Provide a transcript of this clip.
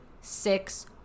six